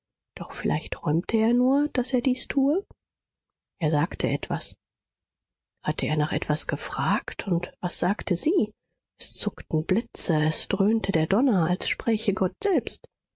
doch vielleicht träumte er nur daß er dies tue er sagte etwas hatte er nach etwas gefragt und was sagte sie es zuckten blitze es dröhnte der donner als spräche gott selbst